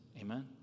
Amen